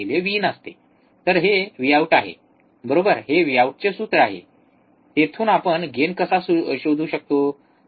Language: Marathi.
तर हे Vou आहे बरोबर हे व्हीआऊट चे सूत्र आहे तेथून आपण गेन कसा शोधू शकतो